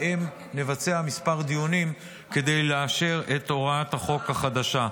שבהם נבצע כמה דיונים כדי לאשר את הוראת החוק החדשה.